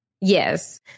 yes